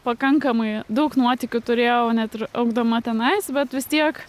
pakankamai daug nuotykių turėjau net ir augdama tenai bet vis tiek